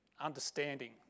understanding